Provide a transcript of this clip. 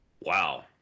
Wow